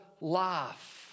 life